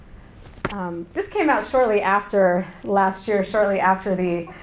um this came out shortly after last year, shortly after the